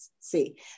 see